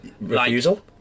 Refusal